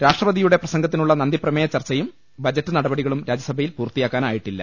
രാഷ്ട്രപതിയുടെ പ്രസംഗത്തിനുള്ള നന്ദിപ്രമേയ ചർച്ചയും ബജറ്റ് നടപടികളും രാജ്യസഭയിൽ പൂർത്തിയാക്കാനായിട്ടില്ല